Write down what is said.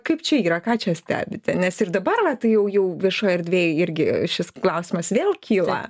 kaip čia yra ką čia stebite nes ir dabar vat jau jau viešoj erdvėj irgi šis klausimas vėl kyla